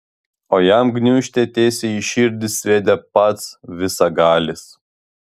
o jam gniūžtę tiesiai į širdį sviedė pats visagalis